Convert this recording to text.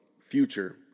future